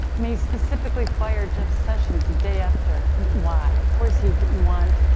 mean he specifically fired jeff sessions the day after. why? of course, he didn't want,